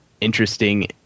interesting